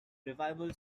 revival